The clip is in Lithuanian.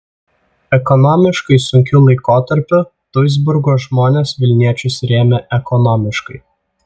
ekonomiškai sunkiu laikotarpiu duisburgo žmonės vilniečius rėmė ekonomiškai